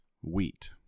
wheat